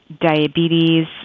diabetes